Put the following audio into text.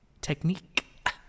technique